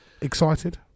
Excited